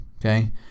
Okay